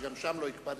וגם שם לא הקפדתי